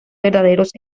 verdaderos